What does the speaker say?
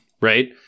right